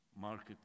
market